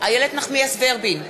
איילת נחמיאס ורבין,